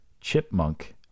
Chipmunk